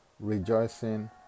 rejoicing